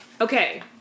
Okay